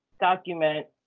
document